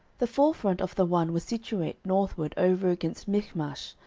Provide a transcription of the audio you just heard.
the forefront of the one was situate northward over against michmash,